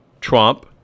Trump